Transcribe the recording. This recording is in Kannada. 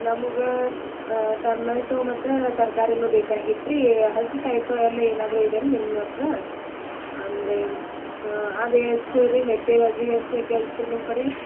ನಮ್ಗೆ ಟಮ್ಯಾಟೋ ಮತ್ತು ತರ್ಕಾರಿಯೂ ಬೇಕಾಗಿತ್ತು ರೀ ಹಲ್ಸಿಕಾಯಿ ಪಲ್ಯ ಏನಾದರೂ ಇದ್ಯಾ ರೀ ನಿಮ್ಮ ಹತ್ರ ಅಂದರೆ ಅದು ಎಷ್ಟು ರೀ ಮೆಂತ್ಯ ಬಾಜಿ ಎಷ್ಟಕ್ಕೆ ಹೇಳ್ತೀರ್ ನಿಮ್ಮ ಕಡೆ